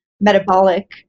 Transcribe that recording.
metabolic